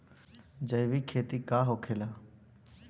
जैविक खेती का होखेला?